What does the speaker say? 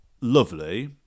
lovely